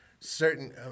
Certain